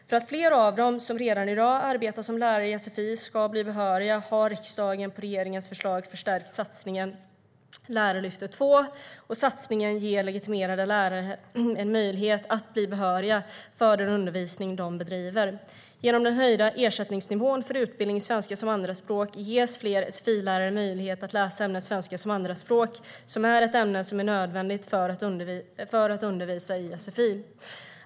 För att fler av dem som redan i dag arbetar som lärare i sfi ska bli behöriga har riksdagen på regeringens förslag förstärkt satsningen Lärarlyftet II. Satsningen ger legitimerade lärare en möjlighet att bli behöriga för den undervisning de bedriver. Genom den höjda ersättningsnivån för utbildning i svenska som andraspråk ges fler sfi-lärare möjlighet att läsa ämnet svenska som andraspråk, som är ett ämne som är nödvändigt för att undervisa i sfi.